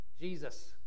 Jesus